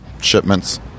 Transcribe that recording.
shipments